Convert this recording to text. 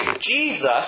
Jesus